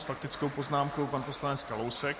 S faktickou poznámkou pan poslanec Kalousek.